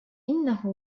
إنه